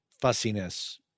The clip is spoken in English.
fussiness